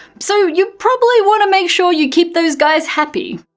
so you probably want to make sure you keep those guys happy.